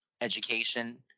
education